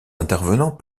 intervenants